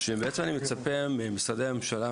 בעצם אני מצפה ממשרדי הממשלה,